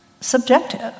subjective